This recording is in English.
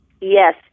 Yes